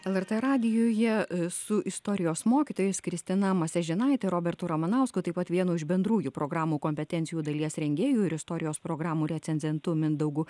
lrt radijuje su istorijos mokytojais kristina masiažinaite ir robertu ramanausku taip pat vienu iš bendrųjų programų kompetencijų dalies rengėjų ir istorijos programų recenzentu mindaugu